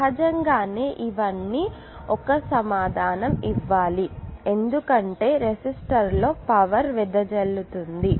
సహజంగానే ఇవన్నీ ఒకే సమాధానం ఇవ్వాలి ఎందుకంటే రెసిస్టర్లో పవర్ వెదజల్లుతుంది